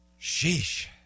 sheesh